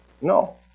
No